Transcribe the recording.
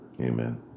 Amen